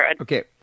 Okay